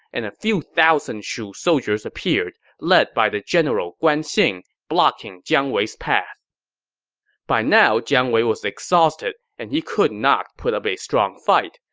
and a few thousand shu soldiers appeared, led by the general guan xing, blocking jiang wei's path by now, jiang wei was exhausted and could not put up a strong fight,